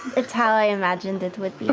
it's how i imagined it would